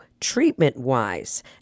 treatment-wise